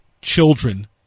children